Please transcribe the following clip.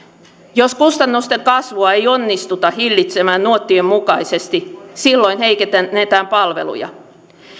jos kustannusten kasvua ei onnistuta hillitsemään nuottien mukaisesti silloin heikennetään palveluja